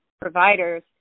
providers